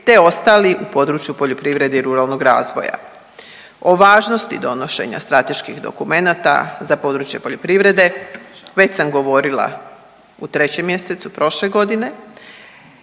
te ostali u području poljoprivrede i ruralnog razvoja. O važnosti donošenja strateških dokumenata za područje poljoprivrede već sam govorila u trećem mjesecu prošle godine